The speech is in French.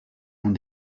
uns